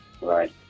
Right